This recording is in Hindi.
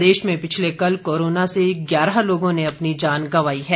प्रदेश में पिछले कल कोरोना से ग्यारह लोगों ने अपनी जान गंवाई है